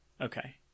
okay